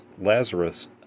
Lazarus